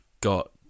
got